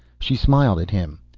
she smiled at him.